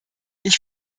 ich